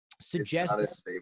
suggests